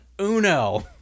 Uno